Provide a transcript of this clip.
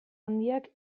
handiak